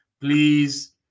Please